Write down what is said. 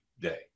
day